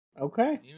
Okay